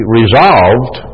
resolved